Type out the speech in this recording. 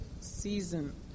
season